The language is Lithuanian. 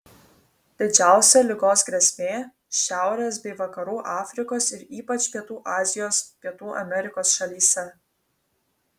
didžiausia ligos grėsmė šiaurės bei vakarų afrikos ir ypač pietų azijos pietų amerikos šalyse